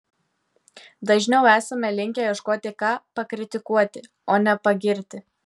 dažniau esame linkę ieškoti ką pakritikuoti o ne pagirti